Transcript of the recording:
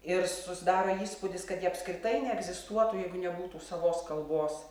ir susidaro įspūdis kad ji apskritai neegzistuotų jeigu nebūtų savos kalbos